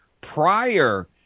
prior